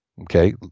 okay